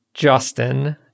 Justin